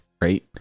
right